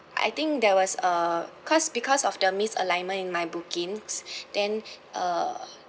I think there was uh cause because of the misalignment in my bookings then uh